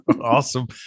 Awesome